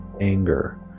anger